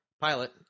Pilot